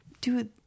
dude